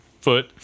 foot